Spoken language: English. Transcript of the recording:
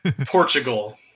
portugal